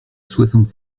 soixante